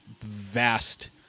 vast